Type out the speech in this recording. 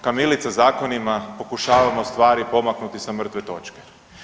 Kamilica zakonima pokušavamo stvari pomaknuti sa mrtve točke.